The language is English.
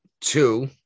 Two